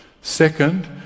Second